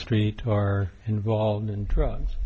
street are involved in drugs